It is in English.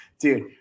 Dude